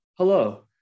Hello